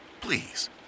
Please